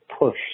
push